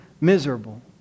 miserable